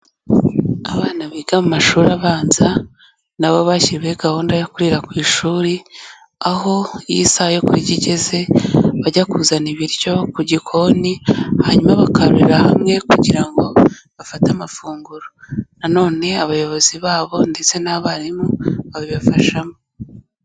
Abana biga mu mashuri abanza na bo bashyiriweho gahunda yo kurira ku ishuri, aho iyo isaha yo kurya igeze bajya kuzana ibiryo ku gikoni hanyuma bakarurira hamwe kugira ngo bafate amafunguro, nanone abayobozi babo ndetse n'abarimu babibafashamo.